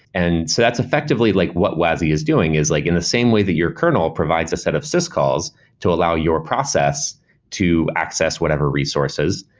and so that's effectively like what wasi is doing, is like in the same way that your kernel provides a set of syscalls to allow your process to access whatever resources,